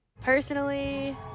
Personally